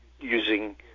using